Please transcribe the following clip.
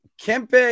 Kempe